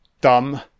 dumb